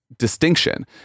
distinction